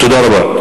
תודה רבה.